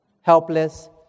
helpless